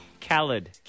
Khaled